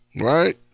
right